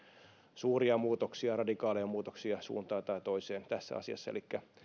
suuria radikaaleja muutoksia suuntaan tai toiseen tässä asiassa elikkä